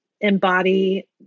embody